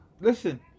Listen